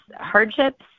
hardships